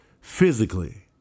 physically